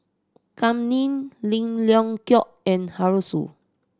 Kam Ning Lim Leong Geok and Arasu